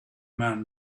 man